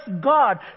God